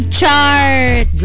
chart